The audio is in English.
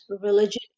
Religion